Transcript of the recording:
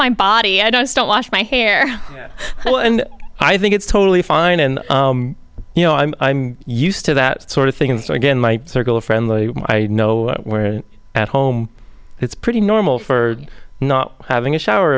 my body i don't don't wash my hair well and i think it's totally fine and you know i'm i'm used to that sort of thing and so again my circle of friends i know where at home it's pretty normal for not having a shower